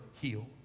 heal